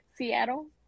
Seattle